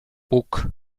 puk